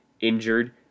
injured